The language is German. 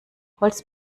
holz